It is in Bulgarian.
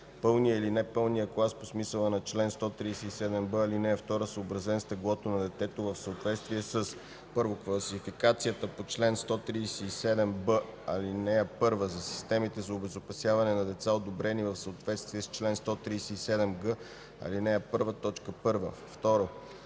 пълния или непълния клас по смисъла на чл. 137б, ал. 2, съобразен с теглото на детето, в съответствие със: 1. класификацията по чл. 137б, ал. 1 – за системите за обезопасяване на деца, одобрени в съответствие с чл. 137г, ал. 1, т.